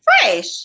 Fresh